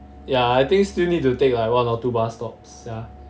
ya I think still need to take like one or two bus stops sia